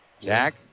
Jack